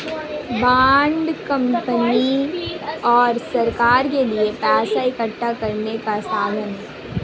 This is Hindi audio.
बांड कंपनी और सरकार के लिए पैसा इकठ्ठा करने का साधन है